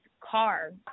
car